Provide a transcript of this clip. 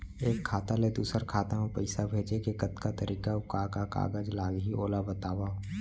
एक खाता ले दूसर खाता मा पइसा भेजे के कतका तरीका अऊ का का कागज लागही ओला बतावव?